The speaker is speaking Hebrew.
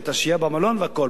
את השהייה במלון והכול.